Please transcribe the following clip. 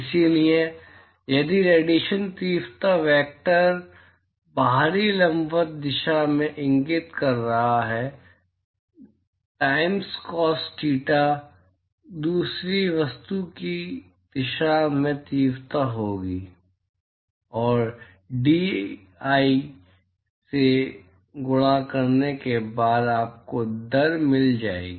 इसलिए यदि रेडिएशन तीव्रता वेक्टर बाहरी लंबवत दिशा में इंगित कर रहा है तो I टाइम्स कॉस थीटा दूसरी वस्तु की दिशा में तीव्रता होगी और डीएआई से गुणा करने पर आपको दर मिल जाएगी